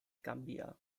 gambia